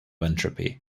entropy